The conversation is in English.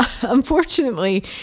Unfortunately